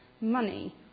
Money